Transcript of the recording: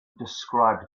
described